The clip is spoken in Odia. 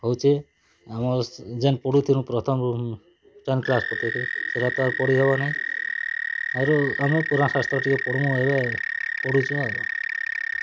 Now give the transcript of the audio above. ହଉଛେ ଆମ୍ ସ ଯେନ୍ ପଢ଼ୁଥିନୁ ପ୍ରଥମ୍ ରୁ ଟେନ୍ କ୍ଲାସ୍ ପତେକେ ସେଇଟା ତ ଆର୍ ପଢ଼ି ହେବ ନାହିଁ ଆରୁ ଆମ ପୂରାଣ୍ ଶାସ୍ତ୍ର ଟିକେ ପଢ଼୍ ମୁ ଏବେ ପଢ଼ୁଛୁଁ ଆର୍